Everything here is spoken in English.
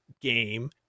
game